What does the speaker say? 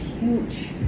huge